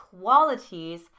qualities